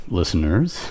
listeners